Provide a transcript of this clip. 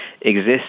exists